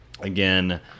again